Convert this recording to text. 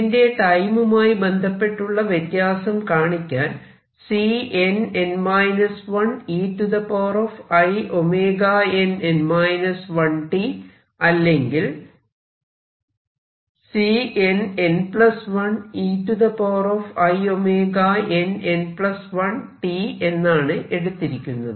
ഇതിന്റെ ടൈമുമായി ബന്ധപ്പെട്ടുള്ള വ്യത്യാസം കാണിക്കാൻ Cnn 1einn 1tഅല്ലെങ്കിൽ Cnn1einn1t എന്നാണ് എടുത്തിരിക്കുന്നത്